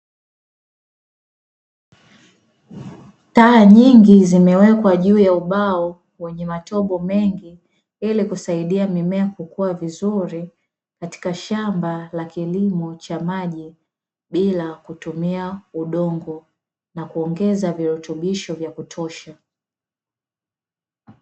Taa nyingi zimewekwa juu ya ubao wenye matobo mengi, ili kusaidia mimea kukua vizuri, katika shamba la kilimo cha maji bila kutumia udongo, na kuongeza virutubisho vya kutosha.